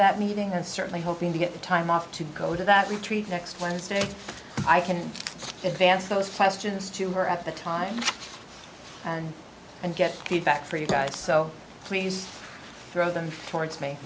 that meeting and certainly hoping to get the time off to go to that retreat next wednesday i can advance those questions to her at the time and and get feedback for you guys so please throw them towards me